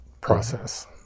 process